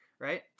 right